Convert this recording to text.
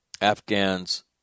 Afghans